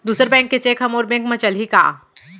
दूसर बैंक के चेक ह मोर बैंक म चलही का?